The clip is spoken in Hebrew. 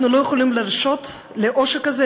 אנחנו לא יכולים להרשות לעושק הזה,